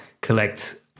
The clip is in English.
collect